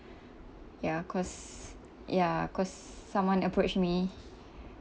ya cause ya cause someone approached me